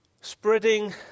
Spreading